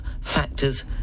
factors